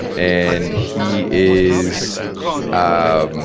and he is ah